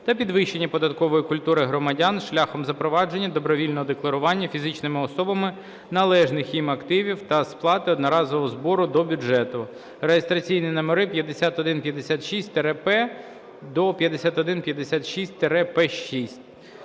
та підвищення податкової культури громадян шляхом запровадження добровільного декларування фізичними особами належних їм активів та сплати одноразового збору до бюджету" (реєстраційні номери 5156-П до 5156-П6)